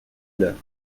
l’heure